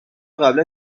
قبلا